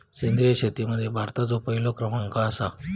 सेंद्रिय शेतीमध्ये भारताचो पहिलो क्रमांक आसा